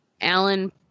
Alan